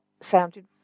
sounded